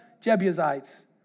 Jebusites